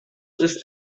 ist